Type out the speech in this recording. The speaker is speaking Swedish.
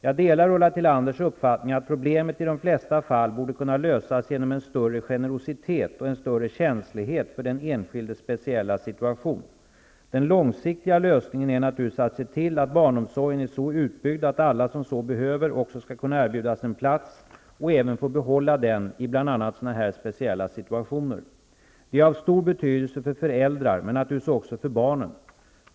Jag delar Ulla Tillanders uppfattning att problemet i de flesta fall borde kunna lösas genom en större generositet och en större känslighet för den enskildes speciella situation. Den långsiktiga lösningen är naturligtvis att se till att barnomsorgen är så utbyggd att alla som så behöver också skall kunna erbjudas en plats och även få behålla den i bl.a. sådana här speciella situationer. Det är av stor betydelse för föräldrar men naturligtvis också för barnen.